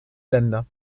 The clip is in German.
länder